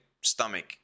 stomach